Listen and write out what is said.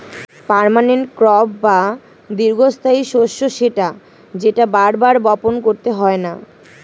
permanent crop বা দীর্ঘস্থায়ী শস্য সেটা যেটা বার বার বপণ করতে হয়না